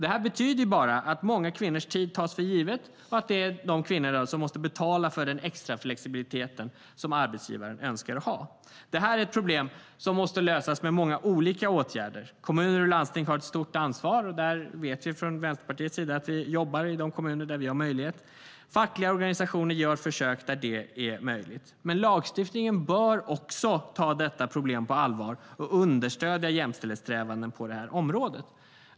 Det betyder bara att många kvinnors tid tas för given och att det är de kvinnorna som måste betala för den extra flexibiliteten som arbetsgivaren önskar att ha. Det är ett problem som måste lösas med många olika åtgärder. Kommuner och landsting har ett stort ansvar. Där vet vi från Vänsterpartiets sida att vi jobbar i de kommuner där vi har möjlighet. Fackliga organisationer gör försök där det är möjligt. Men lagstiftningen bör också ta detta problem på allvar och understödja jämställdhetssträvanden på detta område.